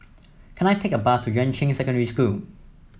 can I take a bus to Yuan Ching Secondary School